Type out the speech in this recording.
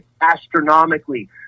astronomically